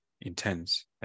intense